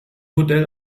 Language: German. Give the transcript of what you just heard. modell